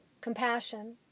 compassion